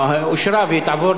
הודעת ועדת